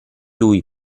lui